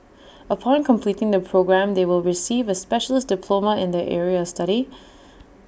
upon completing the programme they will receive A specialist diploma in their area study